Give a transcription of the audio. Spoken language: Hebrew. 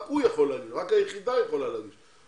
רק היחידה יכולה להגיש.